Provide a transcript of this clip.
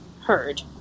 heard